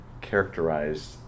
characterized